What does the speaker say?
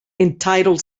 entitled